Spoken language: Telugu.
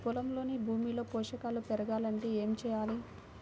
పొలంలోని భూమిలో పోషకాలు పెరగాలి అంటే ఏం చేయాలి?